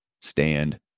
stand